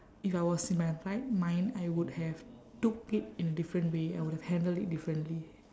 if I was in my right mind I would have took it in a different way I would have handled it differently